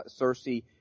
Cersei